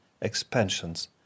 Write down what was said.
expansions